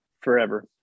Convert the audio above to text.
Forever